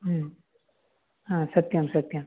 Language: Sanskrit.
ह्म् हा सत्यं सत्यं